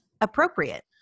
appropriate